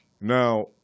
Now